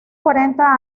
cuarenta